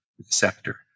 sector